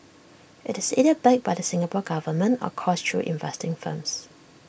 IT is either backed by the Singapore Government or coursed through investing firms